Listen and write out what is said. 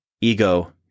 Ego